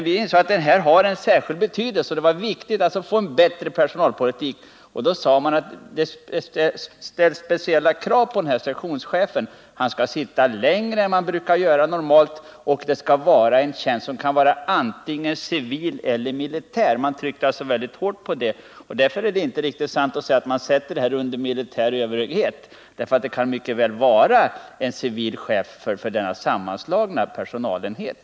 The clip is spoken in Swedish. Vi insåg att den har en särskild betydelse och att det därför var viktigt att få till stånd en bättre personalpolitik. Det skulle därför ställas speciella krav på denne sektionschef. Han skulle bl.a. sitta längre än dessa normalt brukar göra. Tjänsten skulle också kunna vara antingen civil eller militär — det trycktes mycket hårt på det. Därför är det inte riktigt att säga att personalvården sätts under militär överhöghet. Det kan mycket väl bli en civil chef för denna sammanslagna personalenhet.